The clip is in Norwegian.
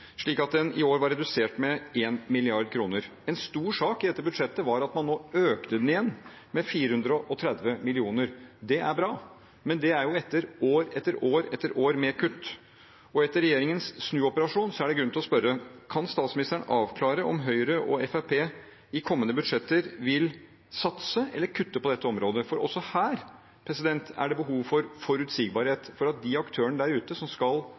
slik at den i år var redusert med 1 mrd. kr. En stor sak i dette budsjettet var at man nå økte den igjen, med 430 mill. kr. Det er bra, men det er jo etter år etter år med kutt. Og etter regjeringens snuoperasjon er det grunn til å spørre: Kan statsministeren avklare om Høyre og Fremskrittspartiet i kommende budsjetter vil satse eller kutte på dette området? Også her er det behov for forutsigbarhet for at de aktørene der ute som skal